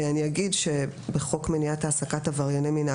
אני אגיד שבחוק מניעת העסקת עברייני מין,